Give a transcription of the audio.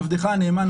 עבדך הנאמן,